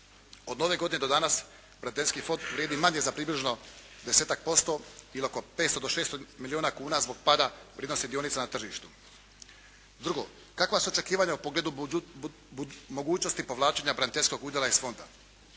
Od Nove godine do danas braniteljski fond vrijedi manje za približno 10% ili oko 500 do 600 milijuna kuna zbog pada vrijednosti dionica na tržištu. Drugo, kakva su očekivanja u pogledu mogućnosti povlačenja braniteljskog udjela iz fonda.